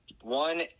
one